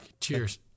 Cheers